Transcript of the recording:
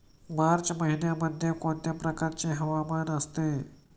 मार्च महिन्यामध्ये कोणत्या प्रकारचे हवामान असते?